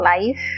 life